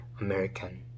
American